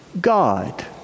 God